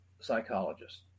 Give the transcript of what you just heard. psychologists